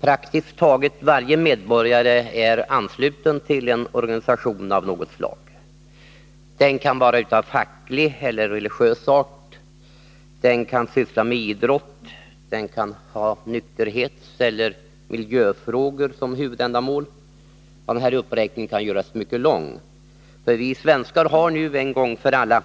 Praktiskt taget varje medborgare är ansluten till en organisation av något slag. Den kan vara av facklig eller religiös art, den kan syssla med idrott, den kan ha nykterhetseller miljöfrågor som huvudändamål. En sådan uppräkning kan göras mycket lång, för vi svenskar har nu en gång för alla